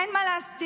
אין מה להסתיר.